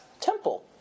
temple